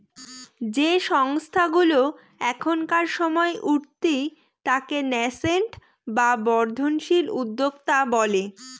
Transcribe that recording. যে সংস্থাগুলা এখনকার সময় উঠতি তাকে ন্যাসেন্ট বা বর্ধনশীল উদ্যোক্তা বলে